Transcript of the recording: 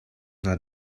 not